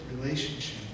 relationship